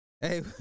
Hey